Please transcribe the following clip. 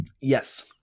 Yes